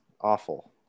awful